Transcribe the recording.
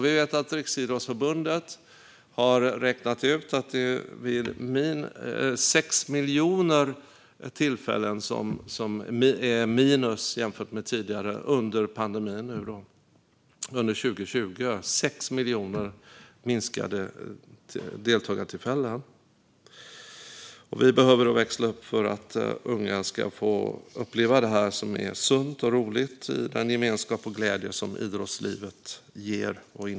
Vi vet att Riksidrottsförbundet har räknat ut att det under pandemin, 2020, var 6 miljoner färre tillfällen jämfört med tidigare. Det var 6 miljoner färre deltagartillfällen. Vi behöver växla upp för att unga ska få uppleva det som är sunt och roligt och den gemenskap och glädje som idrottslivet ger.